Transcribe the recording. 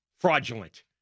fraudulent